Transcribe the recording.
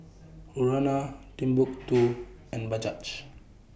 Urana Timbuk two and Bajaj